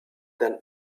dann